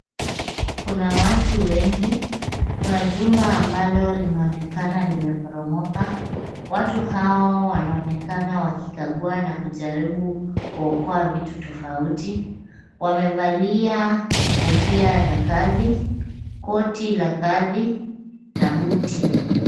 Kuna watu wengi, kuna jumba ambalo linaonekana limeporomoka, watu hao wanaonekana wakikagua na kujaribu kuokoa vitu tofauti, wamevalia kofia za kazi, koti la kazi na buti.